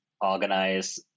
organize